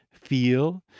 feel